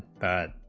that